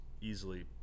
easily